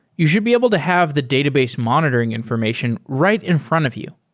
you should be able to have the database monitoring information right in front of you.